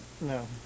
no